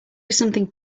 something